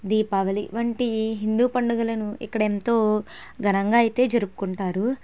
దీపావళి వంటి హిందూ పండుగలను ఇక్కడెంతో ఘనంగా అయితే జరుపుకుంటారు